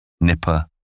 Nipper